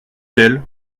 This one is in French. tel